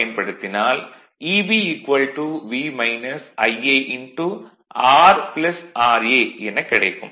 பயன்படுத்தினால் Eb V Ia R ra எனக் கிடைக்கும்